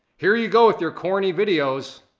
here you go with your corny videos,